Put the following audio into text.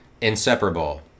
inseparable